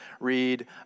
read